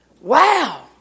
Wow